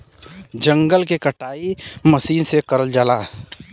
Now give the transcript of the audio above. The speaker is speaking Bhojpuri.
जंगल के कटाई मसीन से करल जाला